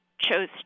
chose